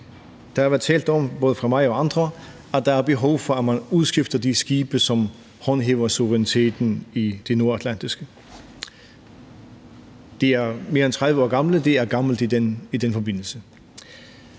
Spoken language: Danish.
fra andre været talt om, at der er behov for, at man udskifter de skibe, som håndhæver suveræniteten i det nordatlantiske. De er mere end 30 år gamle, og det er gammelt i den forbindelse.